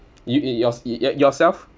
y~ y~ yours y~ yourself